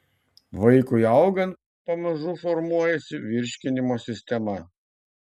vaikui augant pamažu formuojasi virškinimo sistema